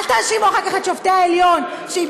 אל תאשימו אחר כך את שופטי העליון שאם